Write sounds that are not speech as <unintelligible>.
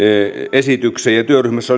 esitykseen ja työryhmässä <unintelligible>